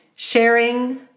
Sharing